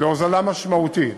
להוזלה משמעותית.